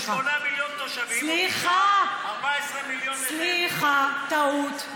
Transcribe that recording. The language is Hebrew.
יש 8 מיליון תושבים, 14 מיליון, סליחה, טעות.